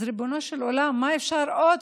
אז ריבונו של עולם, מה אפשר עוד?